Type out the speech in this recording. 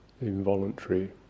involuntary